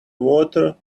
water